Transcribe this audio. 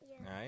right